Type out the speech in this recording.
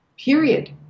period